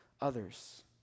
others